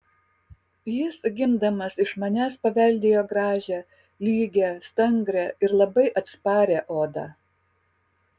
jis gimdamas iš manęs paveldėjo gražią lygią stangrią ir labai atsparią odą